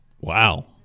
Wow